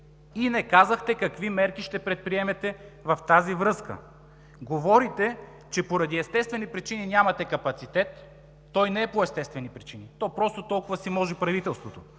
И не казахте какви мерки ще предприемете в тази връзка. Говорите, че поради естествени причини нямате капацитет – той не е по естествени причини, просто толкова си може правителството.